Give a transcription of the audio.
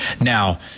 Now